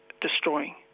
destroying